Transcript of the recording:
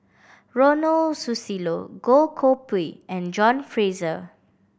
Ronald Susilo Goh Koh Pui and John Fraser